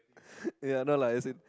ya no lah as in